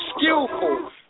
skillful